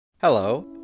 Hello